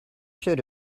should